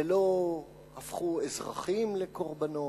ולא הפכו אזרחים לקורבנות,